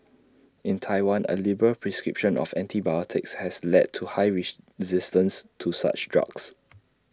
in Taiwan A liberal prescription of antibiotics has led to high reach resistance to such drugs